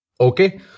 Okay